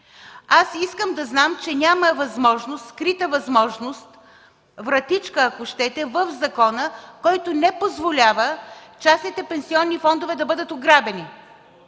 Аз искам да знам, че няма възможност, скрита възможност, вратичка, ако щете, в закона, която не позволява частните пенсионни фондове да бъдат ограбени.